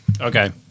Okay